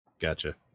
Gotcha